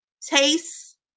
Taste